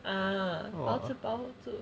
ah 包吃包住